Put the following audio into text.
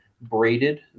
braided